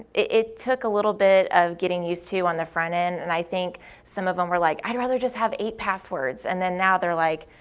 it took a little bit of getting used to on the front end and i think some of them were like, i'd rather just have eight passwords. and then now they're like,